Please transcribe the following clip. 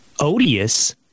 odious